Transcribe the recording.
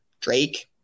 Drake